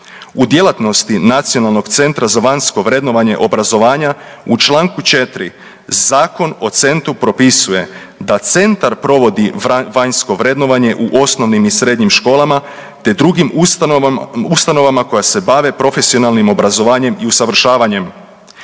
se žele postići predloženim promjenama. U djelatnosti NCVVO u čl. 4. Zakon o centru propisuje da centar provodi vanjsko vrednovanje u osnovnim i srednjim školama te drugim ustanovama koja se bave profesionalnim obrazovanjem i usavršavanjem.